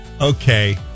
Okay